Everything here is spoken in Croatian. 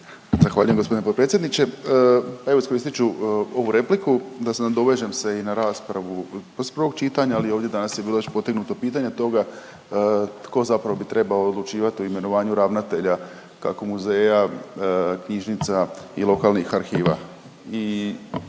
Zahvaljujem gospodine potpredsjedniče. Evo, iskoristit ću ovu repliku da se nadovežem se i na raspravu iz prvog čitanja ali i ovdje danas je bilo još potegnuto pitanje toga tko zapravo bi trebao odlučivati o imenovanju ravnatelja kako muzeja, knjižnica i lokalnih arhiva.